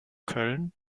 köln